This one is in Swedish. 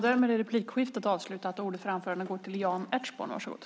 Därmed är frågestunden avslutad. Jag vill tacka medverkande statsråd och ministrar.